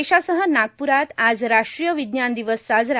देशासह नागप्रात आज राष्ट्रीय विज्ञान दिवस साजरा